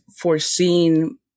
foreseen